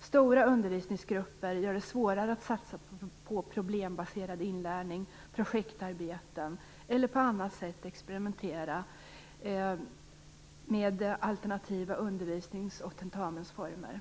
Stora undervisningsgrupper gör det svårare att satsa på problembaserad inlärning, projektarbeten eller att på annat sätt experimentera med alternativa undervisnings och tentamensformer.